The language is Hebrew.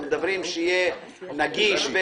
אנחנו מדברים שזה יהיה נגיש.